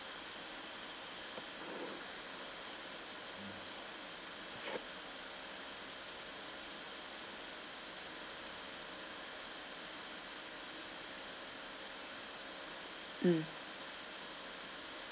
mm